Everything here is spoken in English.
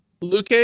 Luke